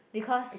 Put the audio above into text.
because